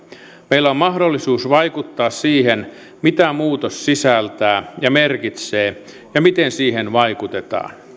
meillä on mahdollisuus vaikuttaa siihen mitä muutos sisältää ja merkitsee ja miten siihen vaikutetaan